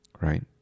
right